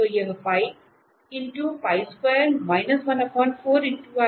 तो यह इस में जोड़ता है